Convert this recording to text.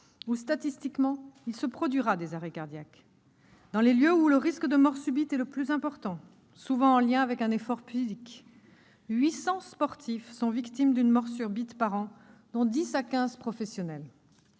où statistiquement il se produira des arrêts cardiaques, ainsi que dans les lieux où le risque de mort subite est le plus important, souvent en lien avec un effort physique- 800 sportifs sont victimes d'une mort subite chaque année, dont 10 à 15 professionnels